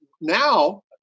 Now